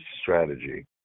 strategy